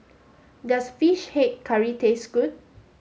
does fish head curry taste good